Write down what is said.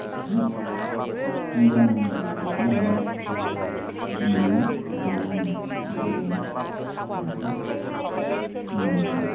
खोब सांग्रां लाखिनो हानाय बिदि मोनोमोन बेखायनो आङो फुटबलखौनो बांसिन मोजां मोनोमोन